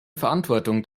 verantwortung